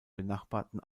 benachbarten